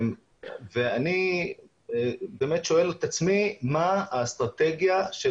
ואני באמת שואל את עצמי: מה האסטרטגיה של